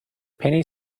penny